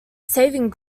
saving